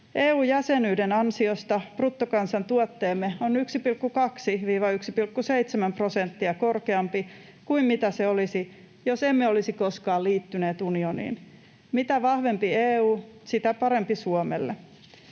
EU-jäsenyyden ansiosta bruttokansantuotteemme on 1,2 —1,7 prosenttia korkeampi kuin mitä se olisi, jos emme olisi koskaan liittyneet unioniin. Mitä vahvempi EU, sitä parempi Suomelle.